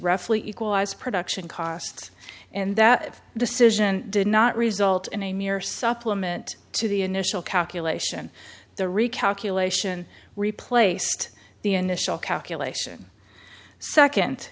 equalize production costs and that decision did not result in a mere supplement to the initial calculation the recalculation replaced the initial calculation second